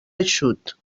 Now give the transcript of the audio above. eixut